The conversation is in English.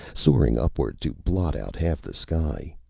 soaring upward to blot out half the sky.